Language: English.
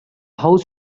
house